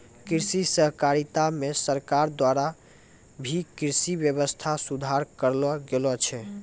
कृषि सहकारिता मे सरकार द्वारा भी कृषि वेवस्था सुधार करलो गेलो छै